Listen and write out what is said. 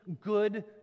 good